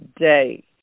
day